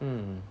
mm